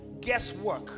guesswork